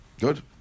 Good